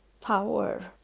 power